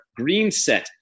Greenset